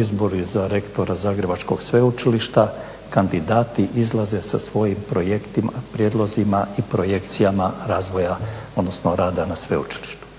izbori za rektora Zagrebačkog sveučilišta kandidati izlaze sa svojim projektima, prijedlozima i projekcijama razvoja odnosno rada na sveučilištu.